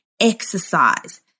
exercise